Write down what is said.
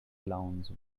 clowns